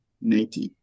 native